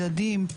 ילדים,